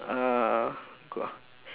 uh